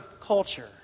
culture